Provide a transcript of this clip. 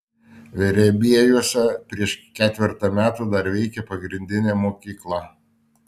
verebiejuose prieš ketvertą metų dar veikė pagrindinė mokykla